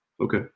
Okay